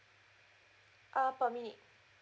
uh per minute